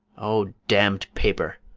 o damn'd paper,